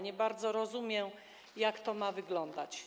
Nie bardzo rozumiem, jak to ma wyglądać.